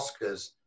Oscars